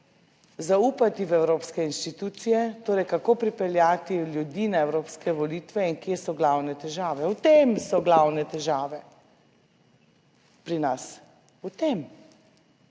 zaupati v evropske institucije, torej kako pripeljati ljudi na evropske volitve in kje so glavne težave - v tem so glavne težave pri nas, v tem.